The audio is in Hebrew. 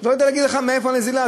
אני לא יודע להגיד לך מאיפה הנזילה.